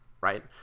Right